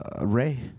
Ray